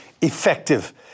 effective